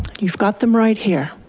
you've got them right here,